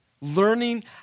Learning